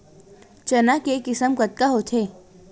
चना के किसम कतका होथे?